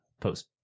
post